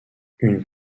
une